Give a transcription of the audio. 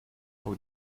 how